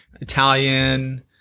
Italian